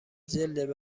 جلد